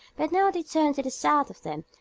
but now they turned to the south of them,